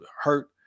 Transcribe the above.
hurt